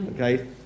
Okay